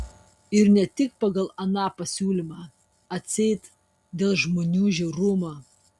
ir ne tik pagal aną pasiūlymą atseit dėl žmonių žiaurumo